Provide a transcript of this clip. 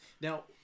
Now